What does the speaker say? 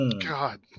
God